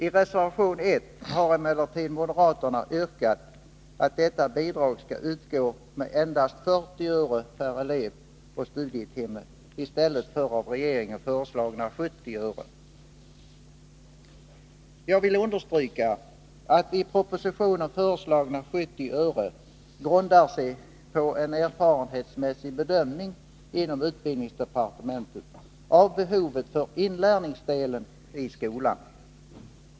I reservation 1 har emellertid moderaterna yrkat att detta bidrag skall utgå med endast 40 öre per elev och studietimme i stället för av regeringen föreslagna 70 öre. Jag vill understryka att i propositionen föreslagna 70 öre grundar sig på en erfarenhetsmässig bedömning inom utbildningsdepartementet av behovet för inlärningsdelen i skolan.